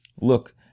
Look